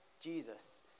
Jesus